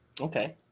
Okay